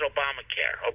Obamacare